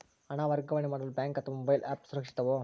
ಹಣ ವರ್ಗಾವಣೆ ಮಾಡಲು ಬ್ಯಾಂಕ್ ಅಥವಾ ಮೋಬೈಲ್ ಆ್ಯಪ್ ಸುರಕ್ಷಿತವೋ?